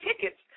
tickets